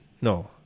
no